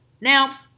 Now